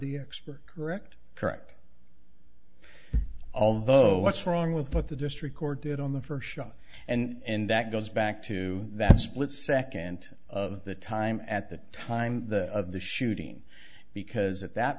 the expert correct correct although what's wrong with that the district court did on the first shot and that goes back to that split second of the time at the time of the shooting because at that